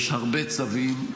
יש הרבה צווים,